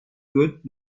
good